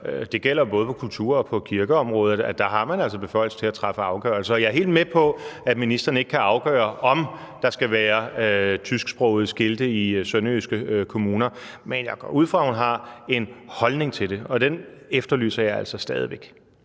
Det gælder både på kultur- og på kirkeområdet, at der har man altså beføjelse til at træffe afgørelser. Jeg er helt med på, at ministeren ikke kan afgøre, om der skal være tysksprogede skilte i sønderjyske kommuner, men jeg går ud fra, at hun har en holdning til det, og den efterlyser jeg altså stadig væk.